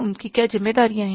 उनकी क्या जिम्मेदारियां हैं